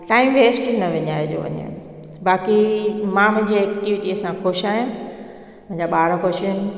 time waste न विञाइजो वञे बाक़ी मां मुंहिंजे एक्टिविटिअ सां ख़ुशि आहियां मुंहिंजा ॿार ख़ुशि इन